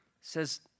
says